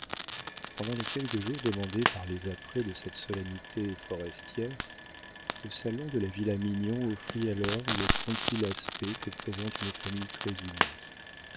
pendant les quelques jours demandés par les apprêts de cette solennité forestière le salon de la villa mignon offrit alors le tranquille aspect que présente une famille très unie